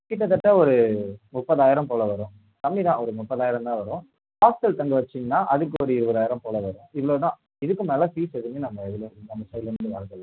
கிட்டத்தட்ட ஒரு முப்பதாயிரம் போல் வரும் கம்மி தான் ஒரு முப்பதாயிரம் தான் வரும் ஹாஸ்டல் தங்க வெச்சுங்கனா அதுக்கு ஒரு இருபதாயிரோம் போல வரும் இவ்வளோதான் இதுக்கு மேல் ஃபீஸ் எதுவுமே நம்ம இதுலேருந்து நம்ம சைடுலிருந்து வாங்கறதில்லை